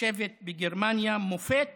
נחשבת בגרמניה מופת